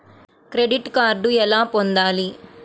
Credit card ఎలా పొందాలి?